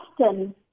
often